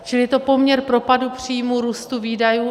Čili je to poměr propadu příjmu růstu výdajů.